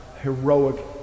heroic